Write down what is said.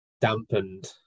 dampened